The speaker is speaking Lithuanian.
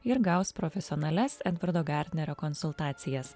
ir gaus profesionalias edvardo gardnerio konsultacijas